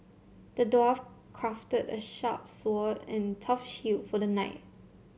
the dwarf crafted a sharp sword and tough shield for the knight